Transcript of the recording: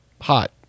hot